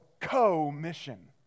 co-mission